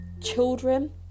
children